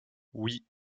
oui